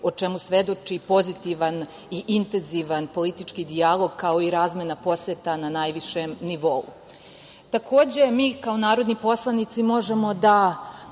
o čemu svedoči pozitivan i intenzivan politički dijalog, kao i razmena poseta na najvišem nivou. Takođe, mi kao narodni poslanici možemo da